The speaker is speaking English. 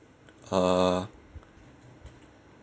uh